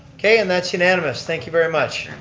okay and that's unanimous. thank you very much.